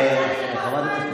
סליחה, חברת הכנסת מרום.